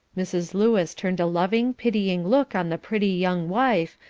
mrs. lewis turned a loving, pitying look on the pretty young wife,